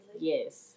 Yes